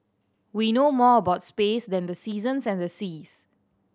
we know more about space than the seasons and the seas